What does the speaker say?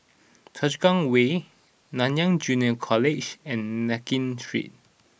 Choa Chu Kang Way Nanyang Junior College and Nankin Street